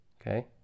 Okay